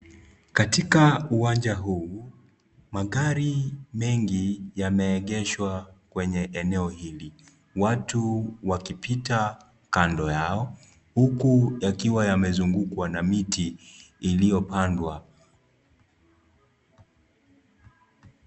Katika uwanja huu magari mengi yameegeshwa kwenye eneo hili, watu wakipita kando yao huku yakiwa yamezungukwa na miti iliyopandwa .